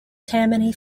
tammany